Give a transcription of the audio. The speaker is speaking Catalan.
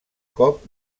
cop